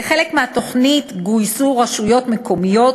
כחלק מהתוכנית גויסו רשויות מקומיות,